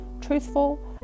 truthful